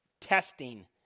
testing